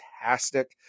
fantastic